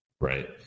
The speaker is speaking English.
right